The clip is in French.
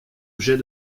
objets